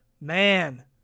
man